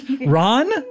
Ron